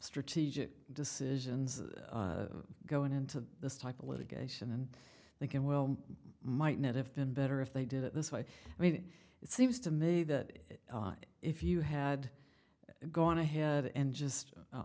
strategic decisions going into this type of litigation and thinking well might not have been better if they did it this way i mean it seems to me that if you had gone ahead and